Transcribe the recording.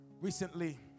Recently